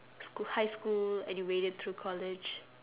school high school and you made it through college